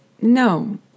no